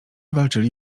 walczyli